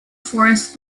forest